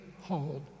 hold